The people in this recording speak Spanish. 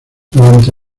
durante